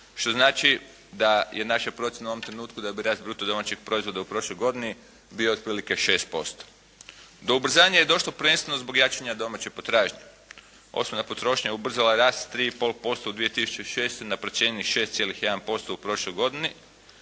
što znači da je naša procjena u ovom trenutku da bi rast bruto domaćeg proizvoda u prošloj godini bio otprilike 6%. Do ubrzanja je došlo prvenstveno zbog jačanja domaće potražnje. Osobna potrošnja ubrzala je rast 3,5% u 2006. na procijenjenih 6,1% u prošloj godini